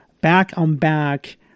back-on-back